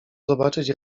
zobaczyć